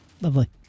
Lovely